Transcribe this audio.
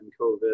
COVID